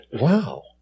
wow